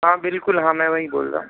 हाँ बिलकुल हाँ मैं वही बोल रहा हूँ